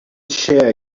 share